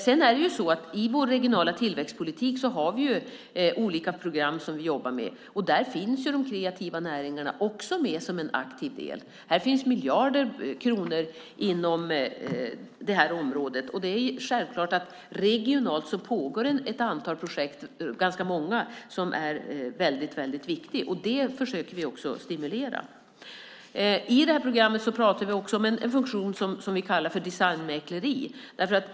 Sedan är det ju så att vi i vår regionala tillväxtpolitik har olika program som vi jobbar med. Där finns de kreativa näringarna också med som en aktiv del. Det finns miljarder kronor inom det här området. Det är självklart att det regionalt pågår ett antal projekt, ganska många, som är väldigt viktiga. Dem försöker vi också att stimulera. I det här programmet pratar vi också om en funktion som vi kallar för designmäkleri.